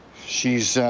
she's,